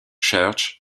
church